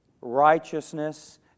righteousness